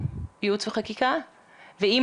ואולי לבדוק,